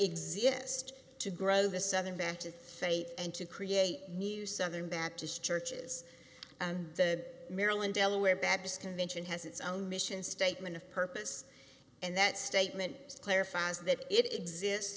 exist to grow the southern baptist faith and to create new southern baptist churches and the maryland delaware baptist convention has its own mission statement of purpose and that statement clarifies that it exists